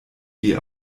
die